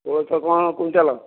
କୋଳଥ କ'ଣ କ୍ଵିଣ୍ଟାଲ୍